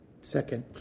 Second